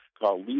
called